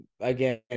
again